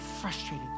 frustrated